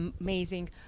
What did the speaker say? amazing